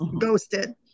ghosted